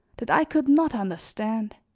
that i could not understand.